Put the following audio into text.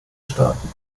staaten